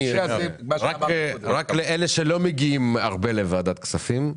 אני רוצה לומר לאלה שלא מגיעים הרבה לוועדת הכספים,